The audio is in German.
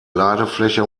ladefläche